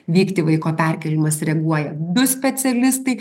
vykti vaiko perkėlimas reaguoja du specialistai